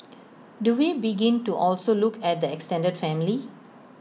do we begin to also look at the extended family